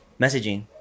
messaging